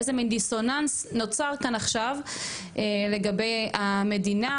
איזה דיסוננס נוצר כאן עכשיו לגבי המדינה,